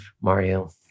mario